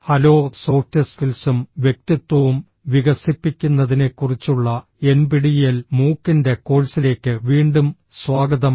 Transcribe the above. hello soft സ്കിൽസും വ്യക്തിത്വവും വികസിപ്പിക്കുന്നതിനെക്കുറിച്ചുള്ള എൻപിടിഇഎൽ മൂക്കിന്റെ കോഴ്സിലേക്ക് വീണ്ടും സ്വാഗതം